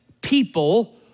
people